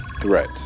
threat